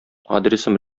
адресым